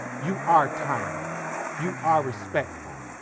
you are timely you are respectful.